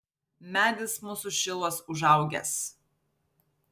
medis mūsų šiluos užaugęs